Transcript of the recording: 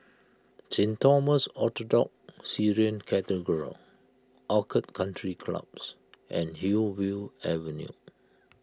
Saint Thomas Orthodox Syrian Cathedral Orchid Country Clubs and Hillview Avenue